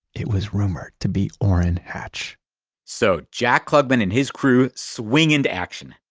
it was rumored to be orrin hatch so jack klugman and his crew swing into action.